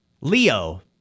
Leo